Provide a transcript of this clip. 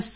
yes